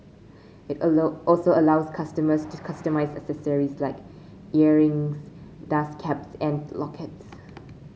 it also allows customers to customise accessories like earrings dust caps and lockets